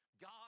God